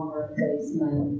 replacement